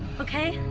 okay?